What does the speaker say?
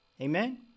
Amen